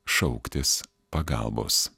šauktis pagalbos